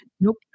Nope